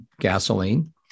gasoline